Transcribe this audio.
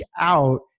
out